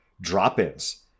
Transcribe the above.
drop-ins